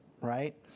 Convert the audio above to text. right